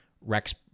rex